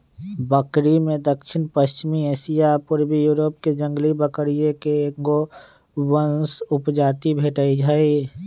बकरिमें दक्षिणपश्चिमी एशिया आ पूर्वी यूरोपके जंगली बकरिये के एगो वंश उपजाति भेटइ हइ